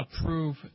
approve